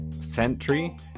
Sentry